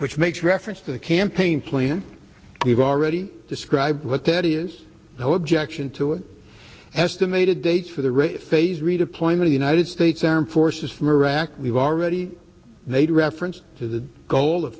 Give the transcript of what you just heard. which makes reference to the campaign plan we've already described but that is no objection to it estimated dates for the race phased redeployment united states armed forces from iraq we've already made reference to the goal of